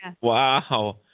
Wow